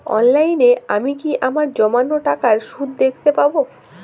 অনলাইনে আমি কি আমার জমানো টাকার সুদ দেখতে পবো?